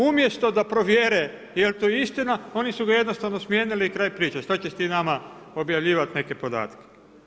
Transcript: Umjesto da provjere, jel to istina, oni su ga jednostavno smijenili i kraj priče, što češ ti nama, objavljivati neke podatke.